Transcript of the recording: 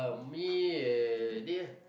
for me uh